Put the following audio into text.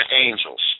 angels